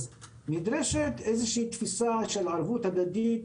נדרשת איזושהי תפיסה של ערבות הדדית,